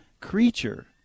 creature